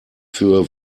für